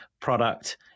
product